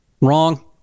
Wrong